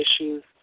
issues